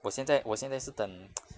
我现在我现在是等